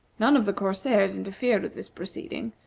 none of the corsairs interfered with this proceeding,